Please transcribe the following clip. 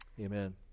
Amen